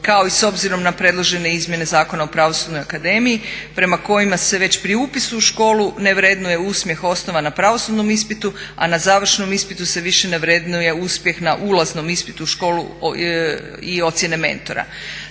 Kao i s obzirom na predložene izmjene Zakona o Pravosudnoj akademiji prema kojima se već pri upisu u školu ne vrednuje uspjeh osnovan na pravosudnom ispitu, a na završnom ispitu se više ne vrednuje uspjeh na ulaznom ispitu u školu i ocjene mentora.